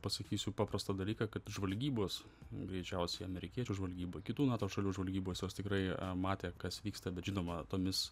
pasakysiu paprastą dalyką kad žvalgybos greičiausiai amerikiečių žvalgyba kitų nato šalių žvalgybos jos tikrai matė kas vyksta bet žinoma tomis